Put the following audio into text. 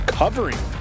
covering